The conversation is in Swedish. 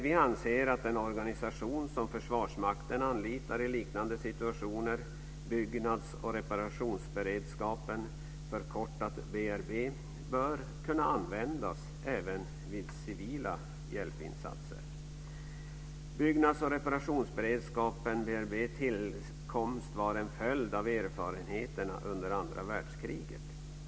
Vi anser att den organisation som Försvarsmakten anlitar i liknande situationer - Byggnads och reparationsberedskapen, förkortat BRB - bör kunna användas även vid civila hjälpinsatser. Byggnads och reparationsberedskapens tillkomst var en följd av erfarenheterna under andra världskriget.